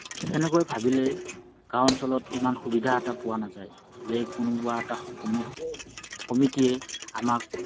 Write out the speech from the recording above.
সেনেকৈ ভাবিলে গাওঁ অঞ্চলত ইমান সুবিধা এটা পোৱা নাযায় যে কোনোবা এটা কমি কমিটীয়ে আমাক